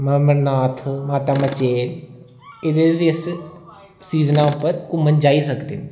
ममरनाथ माता मचेल इस एह्दे च सीजना उप्पर अस घूमन जाई सकदे न